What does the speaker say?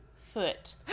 foot